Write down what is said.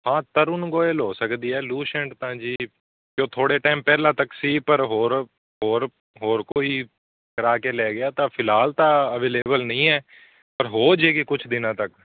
ਹਾਂ ਤਰੁਣ ਗੋਇਲ ਹੋ ਸਕਦੀ ਹੈ ਲੂਸੈਂਟ ਤਾਂ ਜੀ ਜੋ ਥੋੜ੍ਹੇ ਟਾਈਮ ਪਹਿਲਾਂ ਤੱਕ ਸੀ ਪਰ ਹੋਰ ਹੋਰ ਹੋਰ ਕੋਈ ਕਰਵਾ ਕੇ ਲੈ ਗਿਆ ਤਾਂ ਫਿਲਹਾਲ ਤਾਂ ਅਵੇਲੇਬਲ ਨਹੀਂ ਹੈ ਪਰ ਹੋ ਜਾਵੇਗੀ ਕੁਛ ਦਿਨਾਂ ਤੱਕ